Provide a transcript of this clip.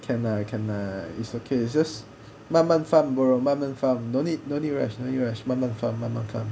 can lah can lah it's okay it's just 慢慢 farm bro 慢慢 farm no need no need rush no need rush 慢慢 farm 慢慢 farm